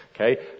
Okay